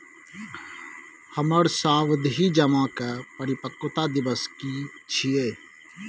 हमर सावधि जमा के परिपक्वता दिवस की छियै?